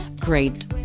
great